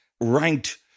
ranked